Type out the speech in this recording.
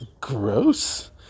gross